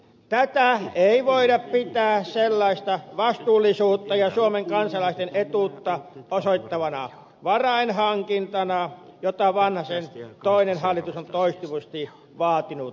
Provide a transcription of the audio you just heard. tätä ei voida pitää sellaista vastuullisuutta ja suomen kansalaisten etuutta osoittavana varainhankintana jota vanhasen toinen hallitus on toistuvasti vaatinut eduskunnalta